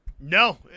No